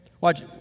Watch